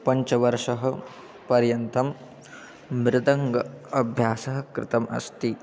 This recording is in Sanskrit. पञ्चवर्षः पर्यन्तं मृदङ्गाभ्यासः कृतम् अस्ति